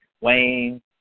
Wayne